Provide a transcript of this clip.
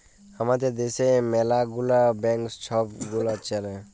আমাদের দ্যাশে ম্যালা গুলা ব্যাংক ছব গুলা চ্যলে